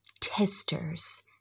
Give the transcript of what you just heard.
testers